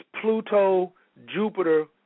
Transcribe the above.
Pluto-Jupiter